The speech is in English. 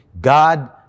God